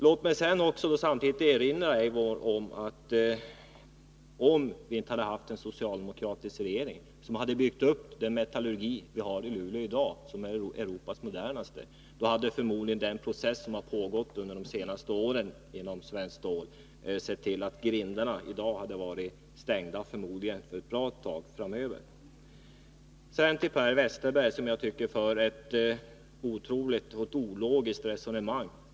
Låt mig samtidigt erinra Eivor Marklund om att om vi inte hade haft en socialdemokratisk regering som byggt upp den metallurgi vi har i vårt land i dag, som är en av de modernaste i Europa, hade förmodligen den process som pågått inom Svenskt Stål under de senaste åren sett till att grindarna varit stängda i dag och ett bra tag framöver. Sedan till Per Westerberg, som jag tycker för ett otroligt och ologiskt resonemang.